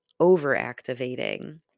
overactivating